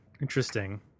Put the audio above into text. Interesting